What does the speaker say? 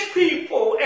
people